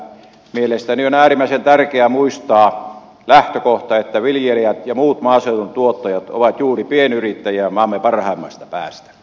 mielestäni on äärimmäisen tärkeää muistaa lähtökohta että viljelijät ja muut maaseudun tuottajat ovat juuri pienyrittäjiä maamme parhaimmasta päästä